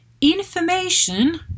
information